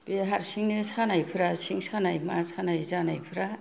बे हारसिंनो सानायफोरा सिं सानाय मा सानाय जानायफ्रा